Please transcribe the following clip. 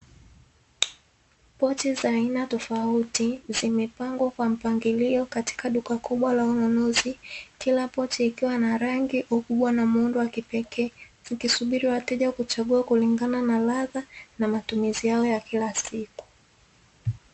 Pochi za aina tofauti zimepangwa kwa mpangilio katika duka kubwa la ununuzi, kila pochi ikiwa na rangi, ukubwa na muundo wa kipekee, zikisubiri wateja kuchagua kulingana na ladha, na matumizi yao ya kila siku.